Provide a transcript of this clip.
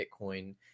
Bitcoin